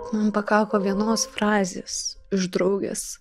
man pakako vienos frazės iš draugės